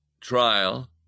trial